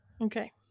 Okay